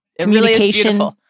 Communication